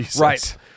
Right